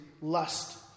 lust